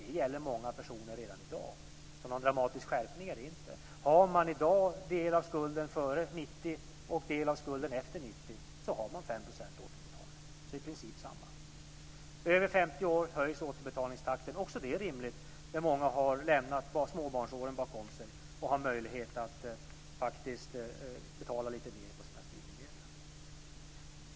Det gäller många personer redan i dag. Det är ingen dramatisk skärpning. Det är i princip samma sak. Det är också rimligt när många har lämnat småbarnsåren bakom sig och har möjlighet att betala lite mer på sina studieskulder.